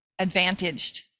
advantaged